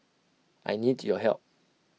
I need your help